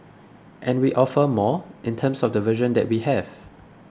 and we offer more in terms of the version that we have